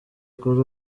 kuri